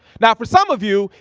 now, for some of you,